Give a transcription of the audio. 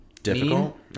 Difficult